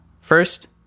First